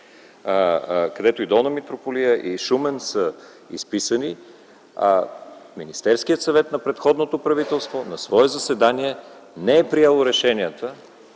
където и Долна Митрополия, и Шумен са изписани. Министерският съвет на предходното правителство на свое заседание не е приело решенията,